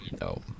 no